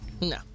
No